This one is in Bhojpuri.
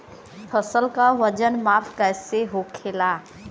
फसल का वजन माप कैसे होखेला?